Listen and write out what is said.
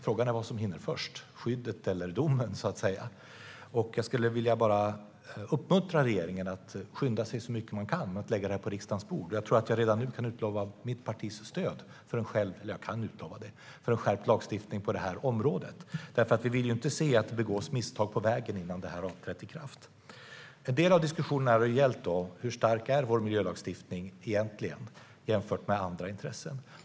Frågan är vad som hinner först, skyddet eller domen. Jag vill uppmuntra regeringen att skynda sig så mycket den kan att lägga fram ett förslag på riksdagens bord. Jag kan redan nu utlova mitt partis stöd för en skärpt lagstiftning på området. Vi vill inte se att det begås misstag på vägen innan den har trätt i kraft. En del av diskussionen har gällt: Hur stark är vår miljölagstiftning egentligen jämfört med andra intressen?